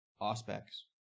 aspects